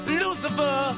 lucifer